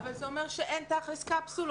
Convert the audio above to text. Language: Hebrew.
אבל זה אומר שתכל'ס אין קפסולות.